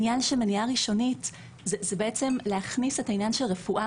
מניעה ראשונית זה בעצם להכניס את העניין של רפואה